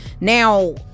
now